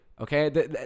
Okay